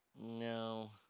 No